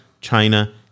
China